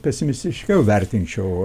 pesimistiškiau vertinčiau